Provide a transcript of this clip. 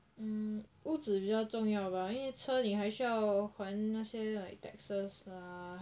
mm 屋子比较重要吧因为车你还需要还那些 like taxes lah